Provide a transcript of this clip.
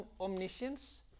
omniscience